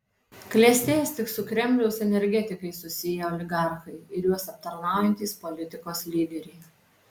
klestės tik su kremliaus energetikais susiję oligarchai ir juos aptarnaujantys politikos lyderiai